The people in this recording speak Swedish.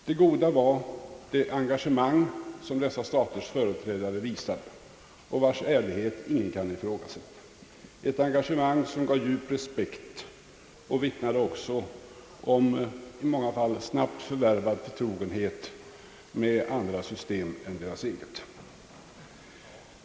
Det goda var det engagemang som dessa staters företrädare visade och vars ärlighet ingen kunde ifrågasätta, ett engagemang som ingav djup respekt och som även i många fall vittnade om snabbt förvärvad förtrogenhet med andra system än deras eget.